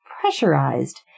pressurized